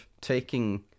taking